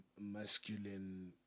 masculine